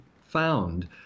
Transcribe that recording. found